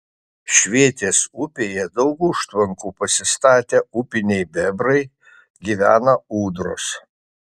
švėtės upėje daug užtvankų pasistatę upiniai bebrai gyvena ūdros